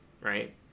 right